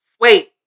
Wait